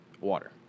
Water